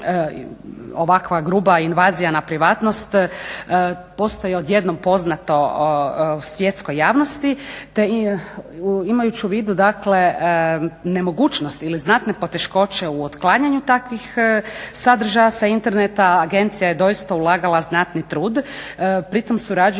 ovakva gruba invazija na privatnost postaje odjednom poznato svjetskoj javnosti, te imajući u vidu, dakle nemogućnost ili znatne poteškoće u otklanjanju takvih sadržaja sa interneta agencija je doista ulagala znatni trud pritom surađujući